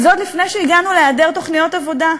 וזה עוד לפני שהגענו להיעדר תוכניות עבודה.